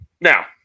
Now